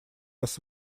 was